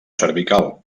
cervical